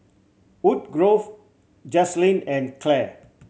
Wood Grove Jaslyn and Clair